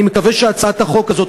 אני מקווה שהצעת החוק הזאת,